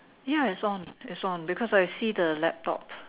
ya it's on it's on because I see the laptop